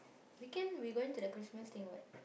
weekend we going to the Christmas thing [what]